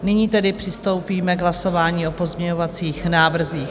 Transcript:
Nyní tedy přistoupíme k hlasování o pozměňovacích návrzích.